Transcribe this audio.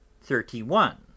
thirty-one